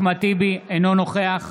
אינו נוכח